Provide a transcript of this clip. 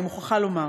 אני מוכרחה לומר,